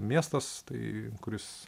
miestas tai kuris